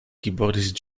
keyboardist